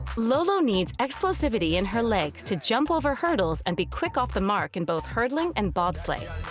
lolo needs explosivity in her legs to jump over hurdles and be quick off the mark in both hurdling and bobsleigh.